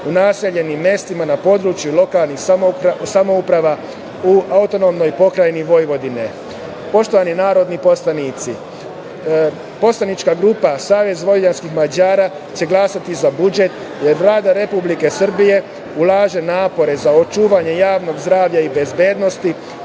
u naseljenim mestima na području lokalnih samouprava u AP Vojvodine. Poštovani narodni poslanici, poslanička grupa Savez vojvođanskih Mađara će glasati za budžet, jer Vlada Republike Srbije ulaže napore za očuvanje javnog zdravlja i bezbednosti,